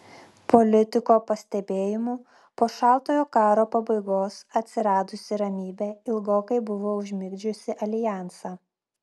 politiko pastebėjimu po šaltojo karo pabaigos atsiradusi ramybė ilgokai buvo užmigdžiusi aljansą